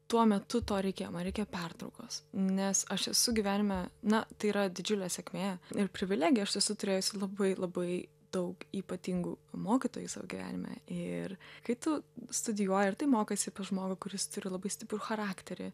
tuo metu to reikėjo man reikėjo pertraukos nes aš esu gyvenime na tai yra didžiulė sėkmė ir privilegija aš esu turėjusi labai labai daug ypatingų mokytojų savo gyvenime ir kai tu studijuoji ar tai mokėsi pas žmogų kuris turi labai stiprų charakterį